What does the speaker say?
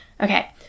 Okay